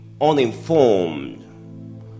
uninformed